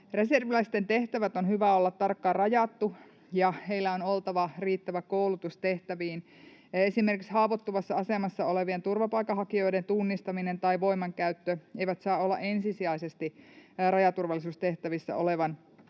Reserviläisten tehtävät on hyvä olla tarkkaan rajattu, ja heillä on oltava riittävä koulutus tehtäviin, ja esimerkiksi haavoittuvassa asemassa olevien turvapaikanhakijoiden tunnistaminen tai voimankäyttö ei saa olla ensisijaisesti rajaturvallisuustehtävissä olevan